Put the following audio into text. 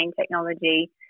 technology